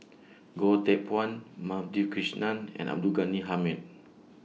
Goh Teck Phuan Madhavi Krishnan and Abdul Ghani Hamid